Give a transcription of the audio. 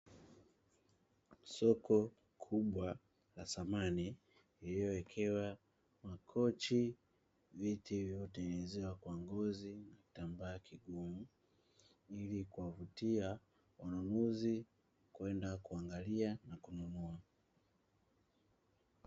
Soko kubwa la samani lililowekewa makochi, viti vilivyotengenezewa kwa ngozi ya kitambaa kigumu ili kuwavutia wanunuzi kwenda kuangalia na kununua.